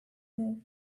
more